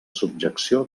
subjecció